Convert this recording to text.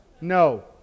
No